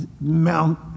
Mount